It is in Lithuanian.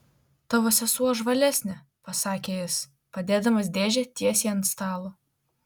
tavo sesuo žvalesnė pasakė jis padėdamas dėžę tiesiai ant stalo